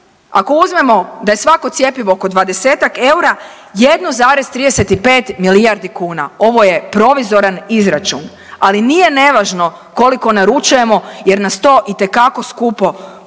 ako uzmemo da je svako cjepivo oko 20-ak eura 1,35 milijardu kuna, ovo je provizoran izračun, ali nije nevažno koliko naručujemo jer nas to itekako skupo košta.